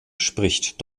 spricht